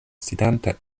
sidanta